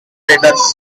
traders